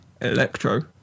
electro